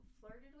flirted